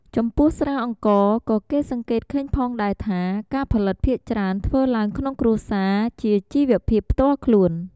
ចំពោះស្រាអង្ករ ក៏គេសង្កេតឃើញផងដែរថា ការផលិតភាគច្រើនធ្វើឡើងក្នុងគ្រួសារ ជាជីវភាពផ្ទាល់ខ្លួន។